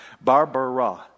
Barbara